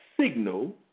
signal